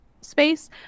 space